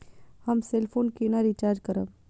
हम cell phone केना recharge करब?